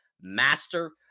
master